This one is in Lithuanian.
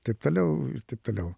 taip toliau ir taip toliau